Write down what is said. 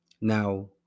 Now